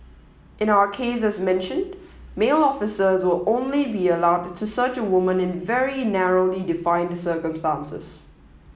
in our case as mentioned male officers will only be allowed to search a woman in very narrowly defined circumstances